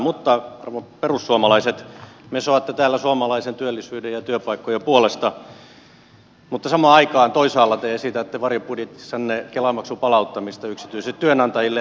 mutta arvon perussuomalaiset mesoatte täällä suomalaisen työllisyyden ja työpaikkojen puolesta mutta samaan aikaan toisaalla te esitätte varjobudjetissanne kela maksun palauttamista yksityisille työnantajille